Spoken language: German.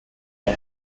der